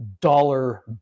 dollar